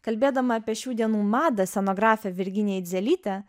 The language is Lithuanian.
kalbėdama apie šių dienų madą scenografė virginija eidzelytė